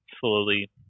slowly